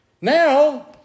Now